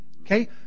Okay